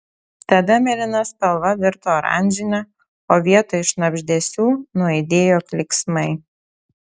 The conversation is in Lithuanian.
tada mėlyna spalva virto oranžine o vietoj šnabždesių nuaidėjo klyksmai